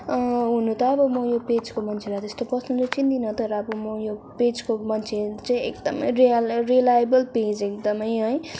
हुनु त म यो पेजको मान्छेलाई पर्सनली चिन्दिनँ तर अब म यो पेजको मान्छे चाहिँ एकदमै रिलाय रिलाएबल पेज एकदमै है